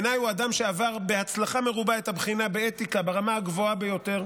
בעיניי הוא אדם שעבר בהצלחה מרובה את הבחינה באתיקה ברמה הגבוהה ביותר,